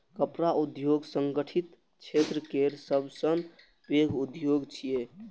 कपड़ा उद्योग संगठित क्षेत्र केर सबसं पैघ उद्योग छियै